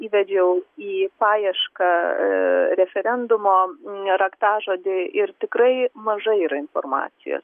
įvedžiau į paiešką referendumo ne raktažodį ir tikrai mažai yra informacijos